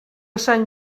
sant